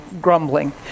grumbling